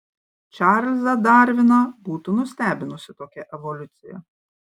čarlzą darviną būtų nustebinusi tokia evoliucija